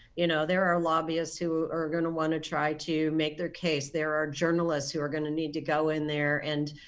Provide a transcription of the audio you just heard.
you know, there are lobbyists who are are going to want to try to make their case, there are journalists who are going to need to go in there and